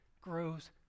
grows